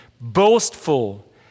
boastful